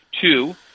Two